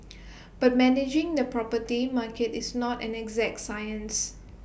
but managing the property market is not an exact science